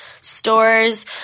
stores